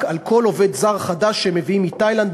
על כל עובד זר חדש שהם מביאים מתאילנד,